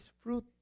fruit